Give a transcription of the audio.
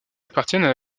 appartiennent